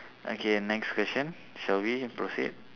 okay next question shall we proceed